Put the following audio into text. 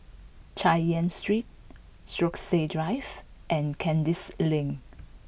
Chay Yan Street Stokesay Drive and Kandis Lane